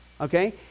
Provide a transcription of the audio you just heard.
Okay